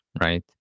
right